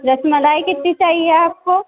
رس ملائی کتنی چاہیے آپ کو